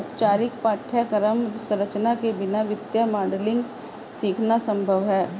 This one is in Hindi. औपचारिक पाठ्यक्रम संरचना के बिना वित्तीय मॉडलिंग सीखना संभव हैं